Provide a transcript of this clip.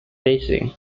racing